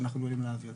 אנחנו אמורים להעביר.